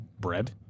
bread